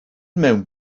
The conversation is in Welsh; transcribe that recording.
mewn